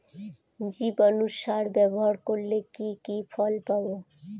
জীবাণু সার ব্যাবহার করলে কি কি ফল পাবো?